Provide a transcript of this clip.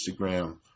Instagram